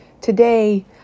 Today